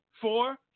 four